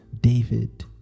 David